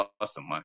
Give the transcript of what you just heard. awesome